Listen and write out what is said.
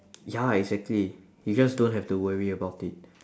ya exactly you just don't have to worry about it